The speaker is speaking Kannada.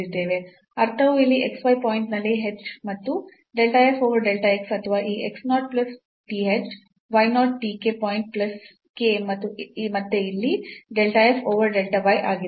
ಅರ್ಥವು ಇಲ್ಲಿ xy ಪಾಯಿಂಟ್ ನಲ್ಲಿ h ಮತ್ತು del f over del x ಅಥವಾ ಈ x 0 plus th y 0 t k point plus k ಮತ್ತು ಮತ್ತೆಇಲ್ಲಿ del f over del y ಆಗಿದೆ